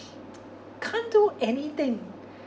can't do anything